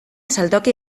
saltoki